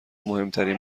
مهمتری